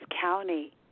County